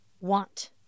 want